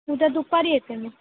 उद्या दुपारी येते मी